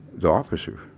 the officers.